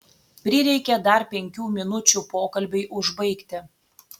prireikė dar penkių minučių pokalbiui užbaigti